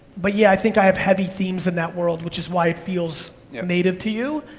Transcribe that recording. but yeah, i think i have heavy themes in that world, which is why it feels native to you,